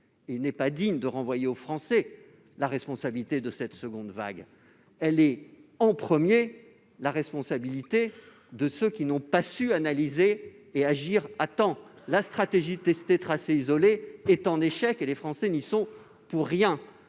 Il n'est pas digne de renvoyer aux Français la responsabilité de cette seconde vague, car elle relève d'abord de ceux qui n'ont pas su l'analyser et agir à temps. La stratégie « tester, tracer, isoler » est un échec, et les Français n'y sont pour rien.